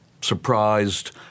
surprised